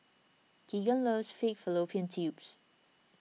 Kegan loves Pig Fallopian Tubes